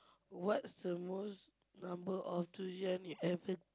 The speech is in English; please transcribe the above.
what's the most number of durian you ever